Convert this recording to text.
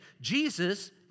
Jesus